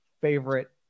favorite